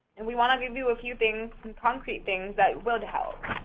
and we wanna give you a few things, some concrete things, that would help.